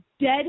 Dead